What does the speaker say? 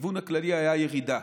הכיוון הכללי היה ירידה.